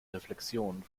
reflexion